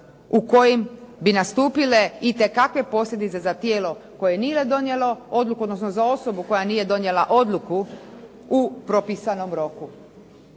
u kojim bi nastupile itekakve posljedice za tijelo koje nije donijelo odluku, odnosno za osobu koja nije donijela odluku u propisanom roku.